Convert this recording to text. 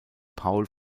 paul